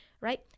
right